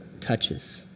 touches